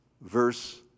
verse